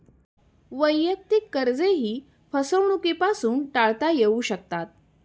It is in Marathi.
वैयक्तिक कर्जेही फसवणुकीपासून टाळता येऊ शकतात